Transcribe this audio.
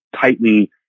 tightly